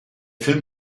film